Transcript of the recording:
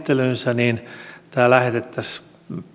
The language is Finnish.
tämän käsittelyynsä niin tämä lähetettäisiin